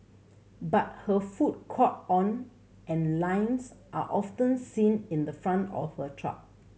but her food caught on and lines are often seen in the front of her truck